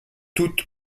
toute